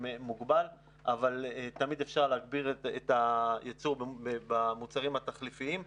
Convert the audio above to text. מוגבל אבל תמיד אפשר להגביר את הייצור במוצרים התחליפיים שהם,